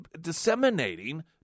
disseminating